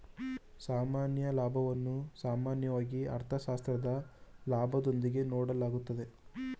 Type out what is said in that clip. ಸಾಮಾನ್ಯ ಲಾಭವನ್ನು ಸಾಮಾನ್ಯವಾಗಿ ಅರ್ಥಶಾಸ್ತ್ರದ ಲಾಭದೊಂದಿಗೆ ನೋಡಲಾಗುತ್ತದೆ